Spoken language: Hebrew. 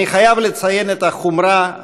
אני חייב לציין את החומרה,